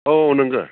औ नोंगो